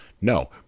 No